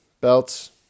belts